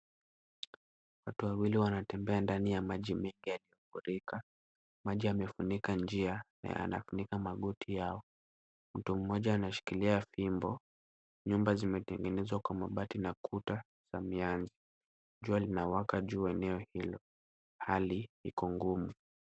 Watu wawili wanatembea ndani ya maji mengi yaliyofurika. Maji yamefunika njia na yanafunika magoti yao. Mtu mmoja anashikilia fimbo, nyumba zimetengenezwa kwa mabati na kuta za mianzi. Jua linawaka juu ya eneo hilo, hali iko ngumu.